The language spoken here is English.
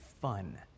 fun